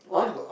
what